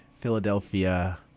Philadelphia